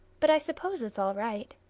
but i suppose it's all right.